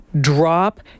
drop